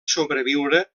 sobreviure